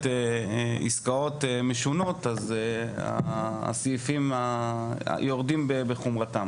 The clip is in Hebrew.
עסקאות משונות הסעיפים יורדים בחומרתם